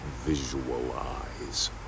visualize